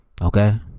okay